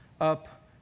up